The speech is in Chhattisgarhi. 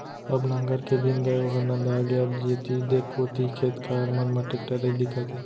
अब नांगर के दिन गय ओहर नंदा गे अब जेती देख ओती खेत खार मन म टेक्टरेच दिखत हे